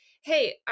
Hey